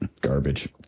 garbage